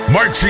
Mark